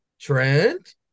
Trent